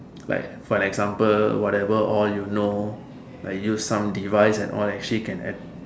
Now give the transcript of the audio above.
like for example whatever all you know like use some devices and all that shit can add